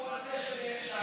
שלום תמורת זה שאתה,